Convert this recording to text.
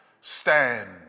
stand